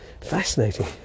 Fascinating